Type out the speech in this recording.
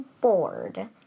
bored